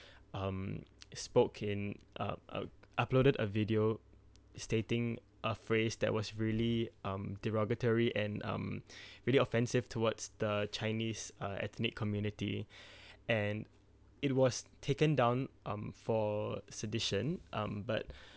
um spoke in uh uh uploaded a video stating a phrase that was really um derogatory and um really offensive towards the chinese uh ethnic community and it was taken down um for sedition um but